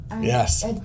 Yes